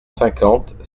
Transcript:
cinquante